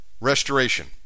restoration